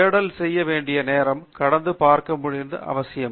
தேடல் செய்ய வேண்டிய நேரம் கடந்து பார்க்க வேண்டியது முக்கியம்